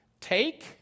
take